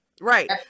right